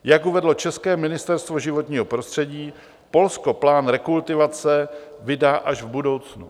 Jak uvedlo české Ministerstvo životního prostředí, Polsko plán rekultivace vydá až v budoucnu.